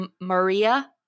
Maria